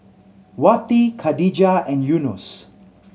Wati Khadija and Yunos